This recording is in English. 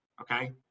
okay